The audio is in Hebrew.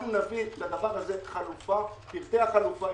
אנחנו נביא לזה חלופה, מחר.